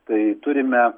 tai turime